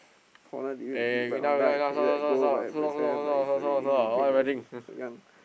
Honda defeat deep by Honda and say that goal but but it's easiy claimed by Young